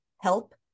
help